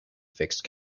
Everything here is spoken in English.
fixed